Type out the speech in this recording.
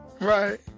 Right